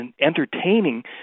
entertaining